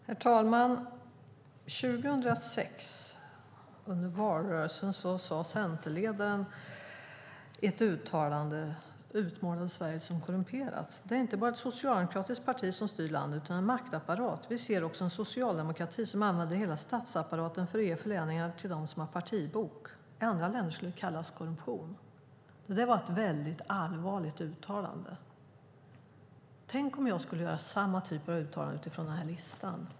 Herr talman! Under valrörelsen 2006 utmålade centerledaren i ett uttalande Sverige som korrumperat. Hon sade: Det är inte bara ett socialdemokratiskt parti som styr landet utan en maktapparat. Vi ser också en socialdemokrati som använder hela statsapparaten för att ge förläningar till dem som har partibok. I andra länder skulle det kallas korruption. Det var ett mycket allvarligt uttalande. Tänk om jag skulle göra samma typ av uttalande utifrån den lista jag redovisade tidigare.